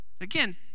Again